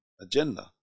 agenda